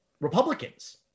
Republicans